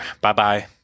Bye-bye